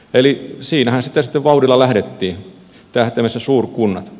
eli siinähän sitä sitten vauhdilla lähdettiin tähtäimessä suurkunnat